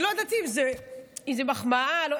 לא ידעתי אם זה מחמאה או לא,